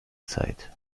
zeit